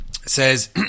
says